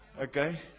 okay